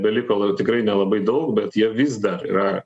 beliko tikrai nelabai daug bet jie vis dar yra